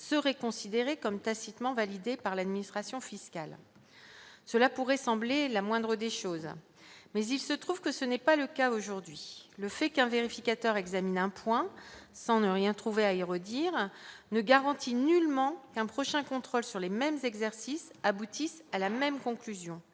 serait considérés comme tacitement validé par l'administration fiscale, cela pourrait sembler la moindre des choses mais il se trouve que ce n'est pas le cas aujourd'hui, le fait qu'un vérificateur examine un point sans ne rien trouver aéro-dire ne garantit nullement d'un prochain contrôle sur les mêmes exercices aboutissent à la même conclusion